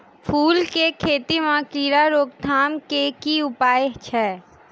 फूल केँ खेती मे कीड़ा रोकथाम केँ की उपाय छै?